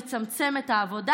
לצמצם את העבודה.